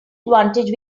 advantage